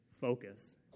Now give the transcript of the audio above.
focus